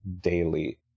daily